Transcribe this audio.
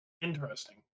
Interesting